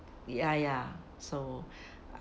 ya ya so